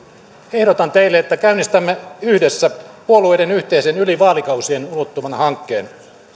ehdotan teille että käynnistämme yhdessä puolueiden yhteisen yli vaalikausien ulottuvan hankkeen